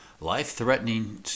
life-threatening